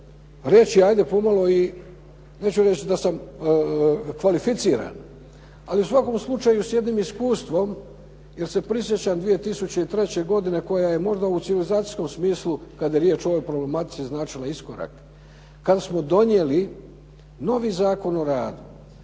reći hajde pomalo i, neću reći da sam kvalificiran ali u svakom slučaju s jednim iskustvom jer se prisjećam 2003. godine koja je možda u civilizacijskom smislu kada je riječ o ovoj problematici značila iskorak, kada smo donijeli novi Zakon o radu